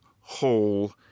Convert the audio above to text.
whole